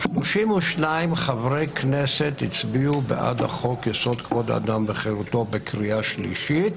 ו-32 חברי כנסת הצביעו בעד חוק יסוד: כבוד האדם וחירותו בקריאה השלישית.